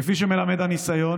כפי שמלמד הניסיון,